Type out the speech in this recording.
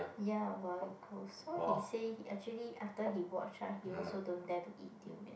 ya so he say actually after he watch right he also don't dare to eat durian